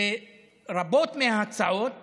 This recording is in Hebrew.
ברבות מההצעות